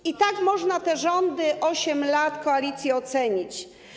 I tak można te rządy, 8 lat koalicji ocenić.